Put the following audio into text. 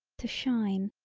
to shine,